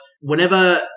whenever